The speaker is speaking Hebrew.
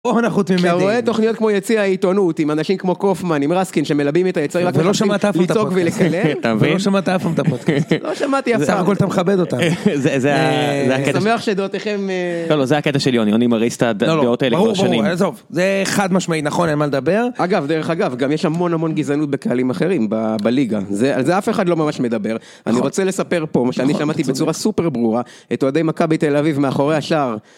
אתה רואה תוכניות כמו יציע העיתונות עם אנשים כמו קופמן עם רסקין שמלבים את היצרים ולא שמעת אף פעם את הפודקאסט, לא שמעת אף פעם את הפודקאסט, לא שמעתי אף פעם, סך הכל אתה מכבד אותם, זה הקטע של יוני, יוני מריס את הדברות האלה, זה חד משמעית נכון אין מה לדבר, אגב דרך אגב גם יש המון המון גזענות בקהלים אחרים בליגה, על זה אף אחד לא ממש מדבר, אני רוצה לספר פה מה שאני שמעתי בצורה סופר ברורה את אוהדי מכבי תל אביב מאחורי השער.